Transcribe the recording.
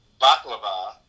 baklava